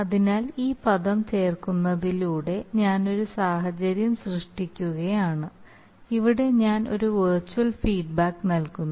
അതിനാൽ ഈ പദം ചേർക്കുന്നതിലൂടെ ഞാൻ ഒരു സാഹചര്യം സൃഷ്ടിക്കുകയാണ് ഇവിടെ ഞാൻ ഒരു വെർച്വൽ ഫീഡ്ബാക്ക് നൽകുന്നു